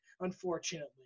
unfortunately